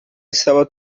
estava